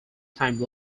time